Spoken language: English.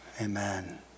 Amen